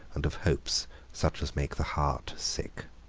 and of hopes such as make the heart sick.